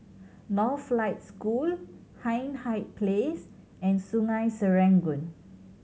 Northlight School Hindhede Place and Sungei Serangoon